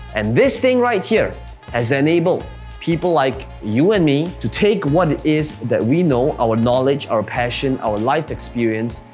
and this thing right here has enabled people like you and me to take what it is that we know, our knowledge, our passion, our life experience,